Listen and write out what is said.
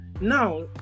now